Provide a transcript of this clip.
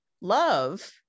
love